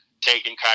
taking